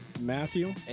Matthew